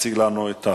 יציג את החוק